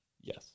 Yes